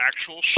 actual